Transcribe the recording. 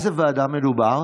באיזו ועדה מדובר?